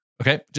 Okay